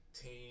Team